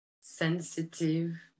sensitive